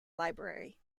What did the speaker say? library